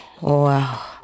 wow